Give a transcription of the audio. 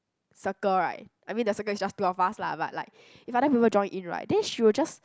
circle right I mean the circle is just the two of us lah but like if other people join in right then she will just